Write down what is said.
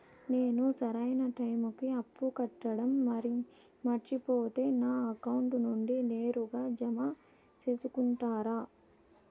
నేను సరైన టైముకి అప్పు కట్టడం మర్చిపోతే నా అకౌంట్ నుండి నేరుగా జామ సేసుకుంటారా?